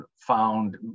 found